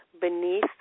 beneath